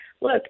Look